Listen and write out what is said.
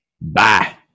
Bye